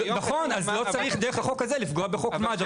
נכון, אז לא צריך דרך החוק הזה לפגוע בחוק מד"א.